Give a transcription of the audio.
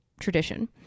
tradition